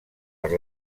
per